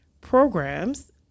programs